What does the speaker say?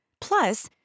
Plus